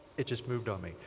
it just moved on me.